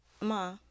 ma